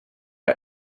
are